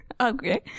okay